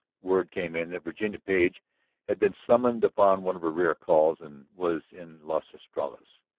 word came in that virginia page had been summoned upon one of her rare calls and was in las estrellas.